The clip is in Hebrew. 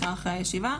ישר אחרי הישיבה.